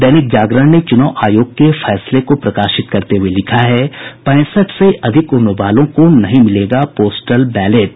दैनिक जागरण ने चुनाव आयोग के फैसले को प्रकाशित करते हुये लिखा है पैंसठ से अधिक उम्र वालों को नहीं मिलेगा पोस्टल बैलेट